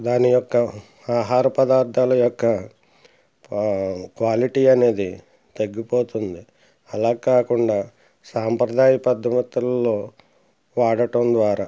దాని యొక్క ఆహార పదార్థాల యొక్క క్వా క్వాలిటీ అనేది తగ్గిపోతుంది అలాకాకుండా సాంప్రదాయ పద్ధ మొత్తంలో వాడటం ద్వారా